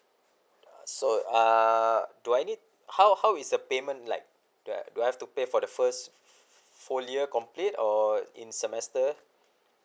so err do I need how how is the payment like that you have to pay for the first fully complete or in semester